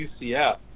UCF